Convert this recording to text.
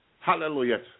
Hallelujah